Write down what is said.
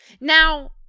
Now